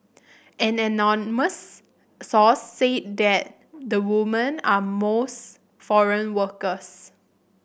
an anonymous source say that the woman are most foreign workers